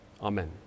amen